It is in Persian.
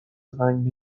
زنگ